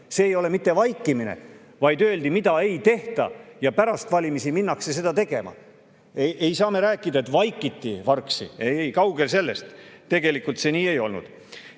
See ei ole mitte vaikimine, vaid öeldi, mida ei tehta, aga pärast valimisi minnakse seda tegema. Ei saa me rääkida sellest, et vaikiti vargsi. Ei-ei, kaugel sellest. Tegelikult see nii ei olnud.